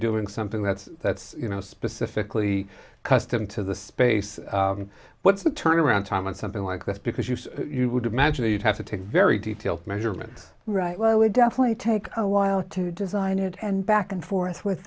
doing something that's that's you know specifically custom to the space what's the turnaround time on something like this because you say you would imagine that you'd have to take very detailed measurements right well i would definitely take a while to design it and back and forth with